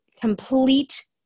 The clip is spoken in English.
complete